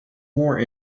more